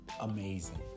amazing